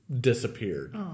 disappeared